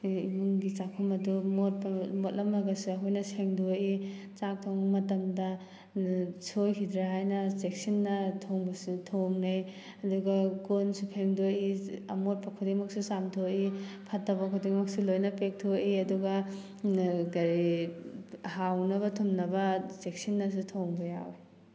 ꯏꯃꯨꯡꯒꯤ ꯆꯥꯛꯈꯨꯝ ꯑꯗꯨ ꯃꯣꯠꯄ ꯃꯣꯠꯂꯝꯃꯒꯁꯨ ꯑꯩꯈꯣꯏꯅ ꯁꯦꯡꯗꯣꯛꯏ ꯆꯥꯛ ꯊꯣꯡꯕ ꯃꯇꯝꯗ ꯁꯣꯏꯈꯤꯗ꯭ꯔꯥ ꯍꯥꯏꯅ ꯆꯦꯛꯁꯤꯟꯅ ꯊꯣꯡꯕꯁꯨ ꯊꯣꯡꯅꯩ ꯑꯗꯨꯒ ꯀꯣꯟꯁꯨ ꯐꯦꯡꯗꯣꯛꯏ ꯑꯃꯣꯠꯄ ꯈꯨꯗꯤꯡꯃꯛꯁꯨ ꯆꯥꯝꯊꯣꯛꯏ ꯐꯠꯇꯕ ꯈꯨꯗꯤꯡꯃꯛꯁꯨ ꯂꯣꯏꯅ ꯄꯦꯛꯊꯣꯛꯏ ꯑꯗꯨꯒ ꯀꯔꯤ ꯍꯥꯎꯅꯕ ꯊꯨꯝꯅꯕ ꯆꯦꯛꯁꯤꯟꯅꯁꯨ ꯊꯣꯡꯕ ꯌꯥꯎꯋꯤ